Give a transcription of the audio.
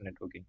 networking